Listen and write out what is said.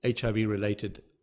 HIV-related